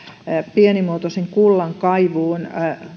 pienimuotoisen kullankaivuun